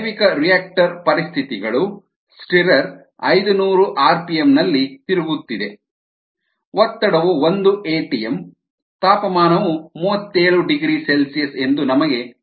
ಜೈವಿಕರಿಯಾಕ್ಟರ್ ಪರಿಸ್ಥಿತಿಗಳು ಸ್ಟಿರರ್ ಐದನೂರು ಆರ್ಪಿಎಂ ನಲ್ಲಿ ತಿರುಗುತ್ತಿದೆ ಒತ್ತಡವು ಒಂದು ಎಟಿಎಂ ತಾಪಮಾನವು 37 ಡಿಗ್ರಿ ಸಿ ಎಂದು ನಮಗೆ ತಿಳಿದಿದೆ